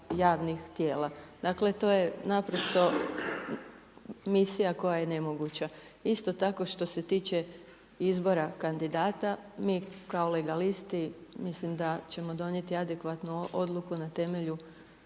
javnih tijela, dakle to je naprosto misija koja je nemoguća. Isto tako, što se tiče izbora kandidata mi kao legalisti mislim da ćemo donijeti adekvatnu odluku na temelju